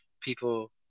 people